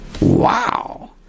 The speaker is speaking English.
Wow